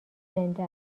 زنده